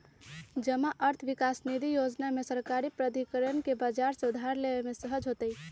जमा अर्थ विकास निधि जोजना में सरकारी प्राधिकरण के बजार से उधार लेबे में सहज होतइ